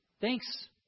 Thanks